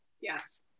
yes